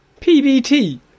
PBT